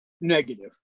negative